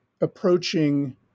approaching